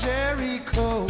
Jericho